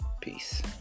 Peace